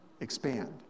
expand